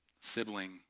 sibling